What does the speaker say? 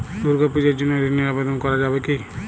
দুর্গাপূজার জন্য ঋণের আবেদন করা যাবে কি?